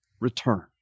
return